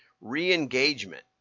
re-engagement